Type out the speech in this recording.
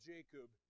Jacob